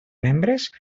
membres